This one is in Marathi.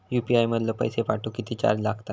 यू.पी.आय मधलो पैसो पाठवुक किती चार्ज लागात?